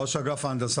ראש אגף ההנדסה.